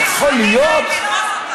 יכול להיות?